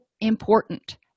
important